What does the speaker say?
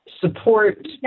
support